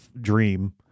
dream